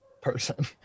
person